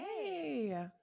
Hey